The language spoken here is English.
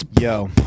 Yo